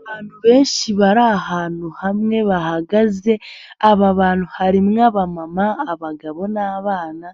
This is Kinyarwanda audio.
Abantu benshi bari ahantu hamwe bahagaze, aba bantu harimo: abamama, abagabo n'abana